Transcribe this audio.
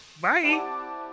Bye